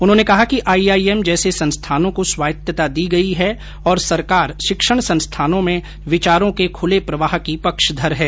उन्होंने कहा कि आईआईएम जैसे संस्थानों को स्वायतत्ता दी गई है और सरकार शिक्षण संस्थानों में विचारों के खुले प्रवाह की पक्षधर है